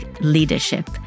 leadership